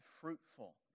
fruitful